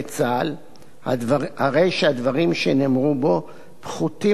הרי שהדברים שנאמרו בו פחותים בחומרתם מאלה